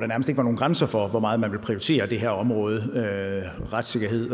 der nærmest ikke var nogen grænser for, hvor meget man ville prioritere det her område, retssikkerhed